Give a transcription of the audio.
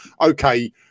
Okay